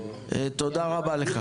תודה רבה לך.